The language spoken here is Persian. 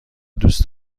دوست